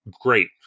great